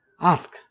ask